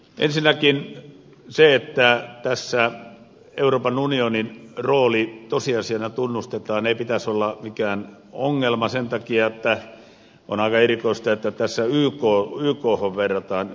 ensinnäkään sen että tässä euroopan unionin rooli tosiasiana tunnustetaan ei pitäisi olla mikään ongelma sen takia että on aika erikoista että tässä ykhon verrataan